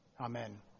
Amen